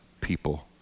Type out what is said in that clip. people